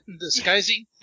Disguising